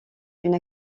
une